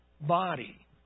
body